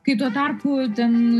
kai tuo tarpu ten